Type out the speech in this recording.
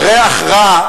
ריח רע,